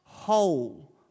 Whole